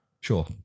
Sure